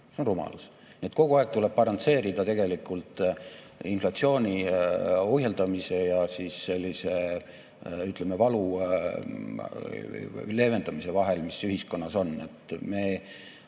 See on rumalus. Kogu aeg tuleb balansseerida tegelikult inflatsiooni ohjeldamise ja sellise, ütleme, valu leevendamise vahel, mis ühiskonnas on. Me